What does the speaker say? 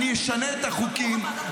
אני אשנה את החוקים,